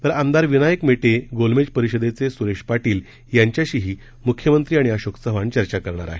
तर आमदार विनायक मेटे गोलमेज परिषदेचे स्रेश पाटील यांच्याशीही मुख्यमंत्री आणि अशोक चव्हाण चर्चा करणार आहेत